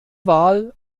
wahl